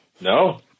No